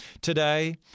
Today